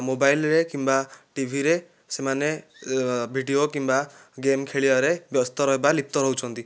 ମୋବାଇଲ୍ରେ କିମ୍ବା ଟିଭିରେ ସେମାନେ ଭିଡ଼ିଓ କିମ୍ବା ଗେମ୍ ଖେଳିବାରେ ବ୍ୟସ୍ତ ରହିବା ଲିପ୍ତ ରହୁଛନ୍ତି